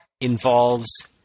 involves